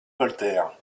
voltaire